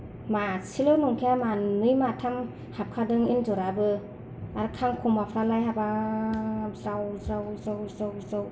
मासेल' नंखाया मानै माथाम हाबखादों एन्जराबो आरो खांखमाफ्रा नाय हाबाब ज्राव ज्राव ज्राव ज्राव ज्राव